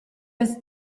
las